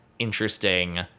interesting